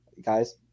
Guys